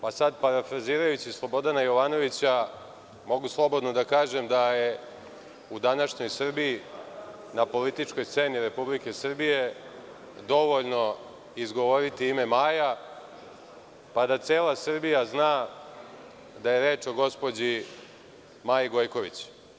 Parafrazirajući Slobodana Jovanovića mogu slobodno da kažem da je u današnjoj Srbiji na političkoj sceni Republike Srbije dovoljno izgovoriti Maja, pa da cela Srbija zna da je reč o gospođi Maji Gojković.